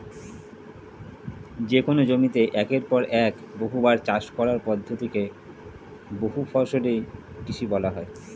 যেকোন জমিতে একের পর এক বহুবার চাষ করার পদ্ধতি কে বহুফসলি কৃষি বলা হয়